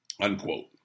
Unquote